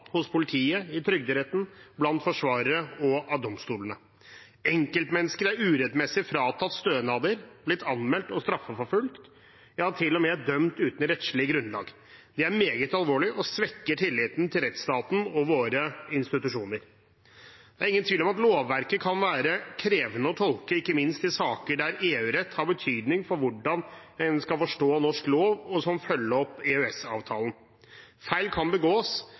hos politiet, i Trygderetten, blant forsvarere og av domstolene. Enkeltmennesker er urettmessig fratatt stønader, blitt anmeldt og straffeforfulgt, ja til og med dømt uten rettslig grunnlag. Det er meget alvorlig og svekker tilliten til rettsstaten og våre institusjoner. Det er ingen tvil om at lovverket kan være krevende å tolke, ikke minst i saker der EU-rett har betydning for hvordan en skal forstå norsk lov og for å følge opp EØS-avtalen. Feil kan begås,